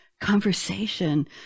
conversation